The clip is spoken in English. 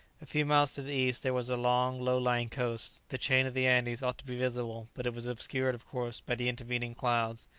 a few miles to the east there was a long low-lying coast the chain of the andes ought to be visible but it was obscured, of course, by the intervening clouds.